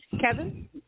Kevin